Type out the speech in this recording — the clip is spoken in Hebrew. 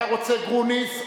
אתה רוצה גרוניס,